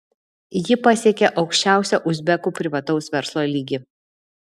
ji pasiekė aukščiausią uzbekų privataus verslo lygį